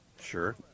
Sure